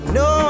no